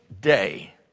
day